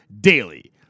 DAILY